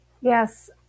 Yes